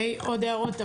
עוד התייחסויות.